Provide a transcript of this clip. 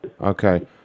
Okay